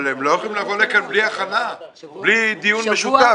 הם לא יכולים לבוא לכאן בלי הכנה, בלי דיון משותף.